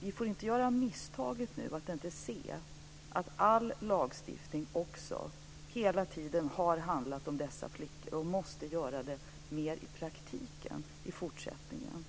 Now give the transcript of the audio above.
Vi får inte göra misstaget att inte se att all lagstiftning hela tiden har handlat om dessa flickor och måste göra det mer i praktiken i fortsättningen.